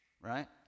Right